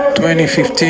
2015